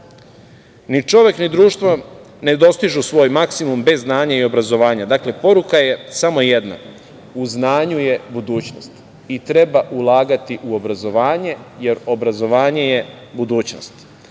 Ni čovek ni društvo ne dostižu svoj maksimum bez znanja i obrazovanja. Dakle, poruka je samo jedna – u znanju je budućnost i treba ulagati u obrazovanje, jer obrazovanje je budućnost. Srbija